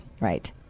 Right